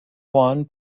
juan